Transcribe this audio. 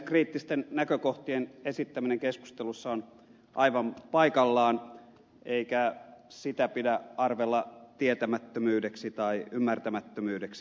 kriittisten näkökohtien esittäminen keskustelussa on aivan paikallaan eikä sitä pidä arvella tietämättömyydeksi tai ymmärtämättömyydeksi